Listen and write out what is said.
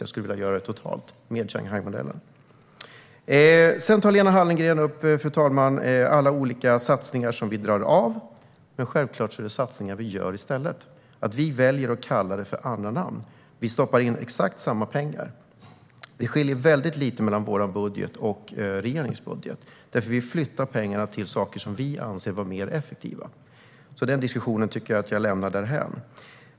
Jag vill göra det totalt, med Shanghaimodellen. Lena Hallengren tog upp alla olika satsningar där vi drar ned, men vi gör självfallet satsningar i stället för dem. Vi väljer att kalla dem för andra namn, men vi stoppar in exakt samma pengar. Det skiljer väldigt lite mellan vår budget och regeringens, men vi flyttar pengarna till saker som vi anser är mer effektiva. Den diskussionen tycker jag därför att vi kan lämna därhän.